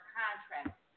contracts